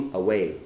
away